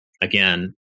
again